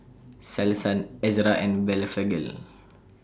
Selsun Ezerra and Blephagel